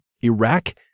Iraq